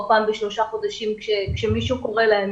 פעם בשלושה חודשים כי מישהו קורא להם,